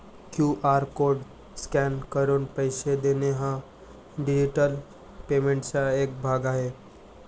QR code scan करून पैसे देणे हा डिजिटल पेमेंटचा एक भाग आहे